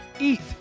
Eat